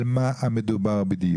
על מה המדור בדיוק?